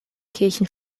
kirchen